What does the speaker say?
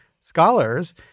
scholars